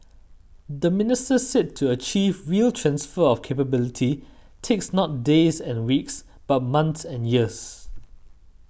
the minister said to achieve real transfer of capability takes not days and weeks but months and years